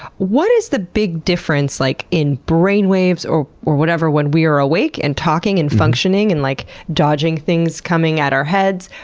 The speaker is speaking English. what is the big difference like in brainwaves or whatever when we're awake, and talking, and functioning, and, like, dodging things coming at our heads,